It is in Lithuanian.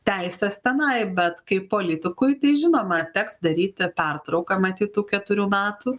teises tenai bet kaip politikui tai žinoma teks daryti pertrauką matyt tų keturių metų